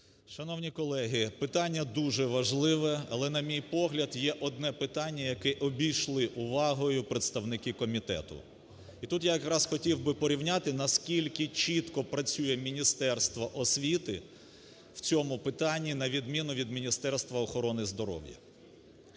Шановні колеги, питання дуже важливе. Але, на мій погляд, є одне питання, яке обійшли увагою представники комітету. І тут я якраз хотів би порівняти, наскільки чітко працює міністерство освіти в цьому питанні на відміну від Міністерства охорони здоров'я.